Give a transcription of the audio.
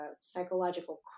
psychological